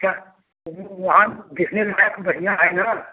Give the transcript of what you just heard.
अच्छा वहाँ देखने लायक बढ़िया है ना